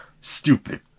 Stupid